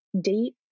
date